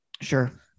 Sure